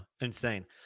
Insane